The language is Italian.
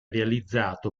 realizzato